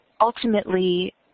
Ultimately